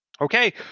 Okay